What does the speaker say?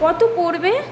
কত পড়বে